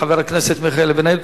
חבר הכנסת מיכאל בן-ארי,